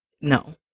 no